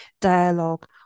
dialogue